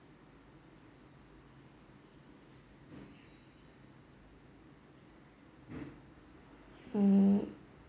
mm